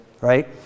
right